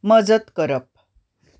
मजत करप